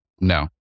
No